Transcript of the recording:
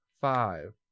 five